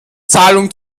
zahlung